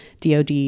DoD